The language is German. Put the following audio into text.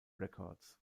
records